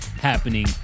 happening